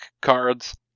cards